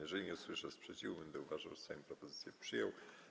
Jeżeli nie usłyszę sprzeciwu, będę uważał, że Sejm propozycję przyjął.